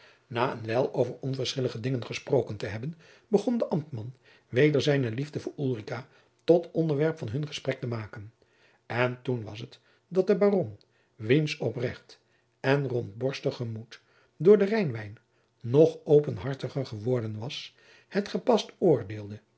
na een wijl over onverschillige dingen gesproken te hebben begon de ambtman weder zijne liefde voor ulrica tot onderwerp van hun gesprek te maken en toen was het dat de baron wiens oprecht en rondborstig gemoed door den rijnwijn nog openhartiger geworden was het gepast oordeelde